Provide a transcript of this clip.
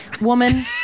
woman